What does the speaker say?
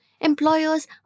Employers